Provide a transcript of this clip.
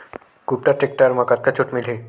कुबटा टेक्टर म कतका छूट मिलही?